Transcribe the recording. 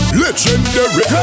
legendary